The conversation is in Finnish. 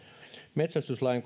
metsästyslain